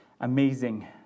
amazing